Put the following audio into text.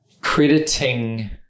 crediting –